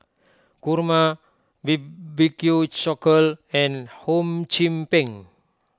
Kurma B B Q Cockle and Hum Chim Peng